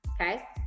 okay